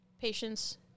patients